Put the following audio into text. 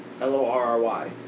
L-O-R-R-Y